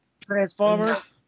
Transformers